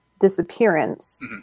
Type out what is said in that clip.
disappearance